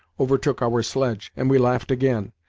overtook our sledge, and we laughed again.